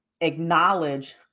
acknowledge